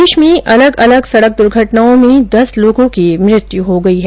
प्रदेश में अलग अलग सड़क दुर्घटनों में दस लोगों की मृत्यू हो गई है